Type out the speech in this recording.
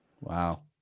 wow